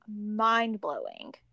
mind-blowing